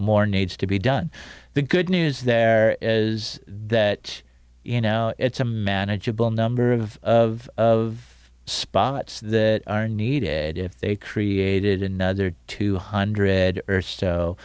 more needs to be done the good news there is that you know it's a manageable number of spots that are needed if they created another two hundred or